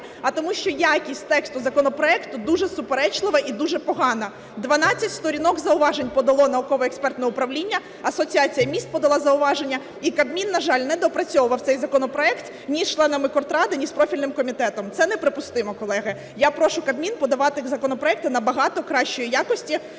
а тому, що якість тексту законопроекту дуже суперечлива і дуже погана. 12 сторінок зауважень подало науково-експертне управління. Асоціація міст подала зауваження. І Кабмін, на жаль, не доопрацьовував цей законопроект ні з членами коордради, ні з профільним комітетом. Це неприпустимо, колеги. Я прошу Кабмін подавати законопроекти набагато кращої якості